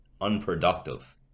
unproductive